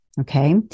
Okay